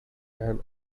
and